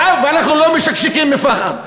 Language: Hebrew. ואנחנו לא משקשקים מפחד.